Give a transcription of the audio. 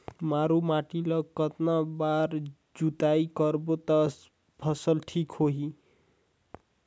मारू माटी ला कतना बार जुताई करबो ता फसल ठीक होती?